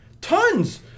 tons